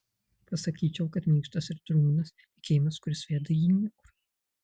pasakyčiau kad minkštas ir drungnas tikėjimas kuris veda į niekur